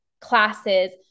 classes